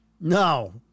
No